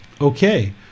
Okay